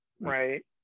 right